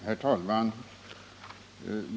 Herr talman!